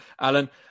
Alan